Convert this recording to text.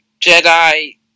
Jedi